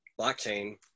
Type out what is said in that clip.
blockchain